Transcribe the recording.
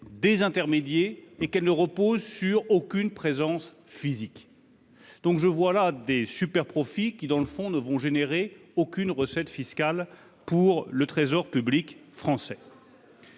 des intermédiés et qu'elle ne repose sur aucune présence physique, donc je vois là des profits qui dans le fond ne vont générer aucune recette fiscale pour le trésor public français.